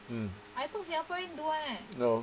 mm no